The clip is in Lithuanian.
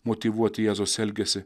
motyvuoti jėzus elgiasi